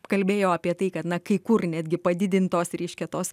kalbėjo apie tai kad na kai kur netgi padidintos reiškia tos